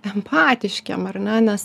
empatiškiem ar ne nes